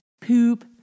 Poop